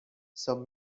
some